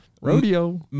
Rodeo